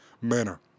manner